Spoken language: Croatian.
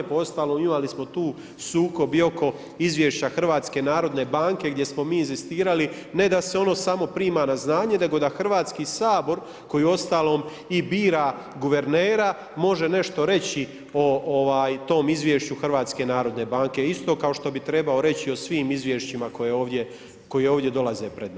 Pa uostalom imali smo tu sukob i oko izvješća HNB gdje smo mi inzistirali, ne da se ono samo prima na znanje, nego da Hrvatski sabor, koji uostalom i bira guvernera, može nešto reći o tom izvješću HNB, isto kao što bi trebao reći o svim izvješćima koje ovdje dolaze pred nas.